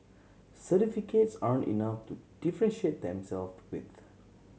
certificates aren't enough to differentiate themself with